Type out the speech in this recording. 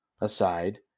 aside